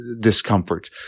discomfort